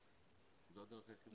זו הדרך היחידה.